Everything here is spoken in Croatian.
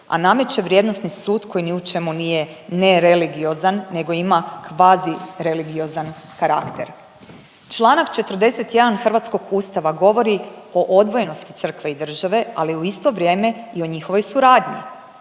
a nameće vrijednosni sud koji ni u čemu nije nereligiozan nego ima kvazi religiozan karakter. Članak 41. hrvatskog Ustava govori o odvojenosti crkve i države, ali u isto vrijeme i o njihovoj suradnji.